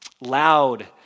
loud